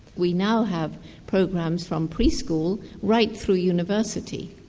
we now have programs from pre-school right through university,